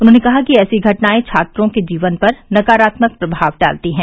उन्होंने कहा कि ऐसी घटनाएं छात्रों के जीवन पर नकारात्मक प्रमाव डालती हैं